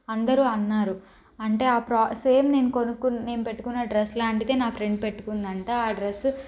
అందరు అన్నారు అంటే ఆ ప్రోడక్ట్స్ సేమ్ నేను కొనుక్కున్న సేమ్ నేను పెట్టుకున్న డ్రెస్ లాంటిదే నా ఫ్రెండ్ పెట్టుకున్నది అంట ఆ డ్రస్సు